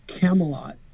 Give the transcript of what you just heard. Camelot